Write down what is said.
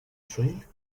drink